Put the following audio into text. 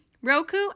Roku